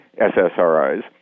SSRIs